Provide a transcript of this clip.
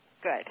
Good